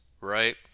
right